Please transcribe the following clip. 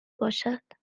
باشد